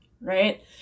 right